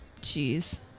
Jeez